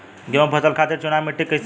गेंहू फसल खातिर मिट्टी चुनाव कईसे होखे?